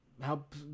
help